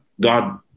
God